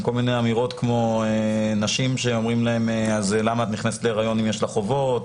אמירות כמו "למה את נכנסת להריון אם יש לך חובות?"